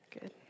good